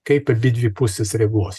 kaip abidvi pusės reaguos